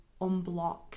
unblock